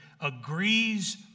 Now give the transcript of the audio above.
agrees